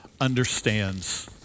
understands